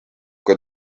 kui